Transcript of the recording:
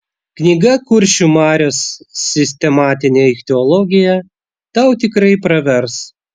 knyga kuršių marios sistematinė ichtiologija tau tikrai pravers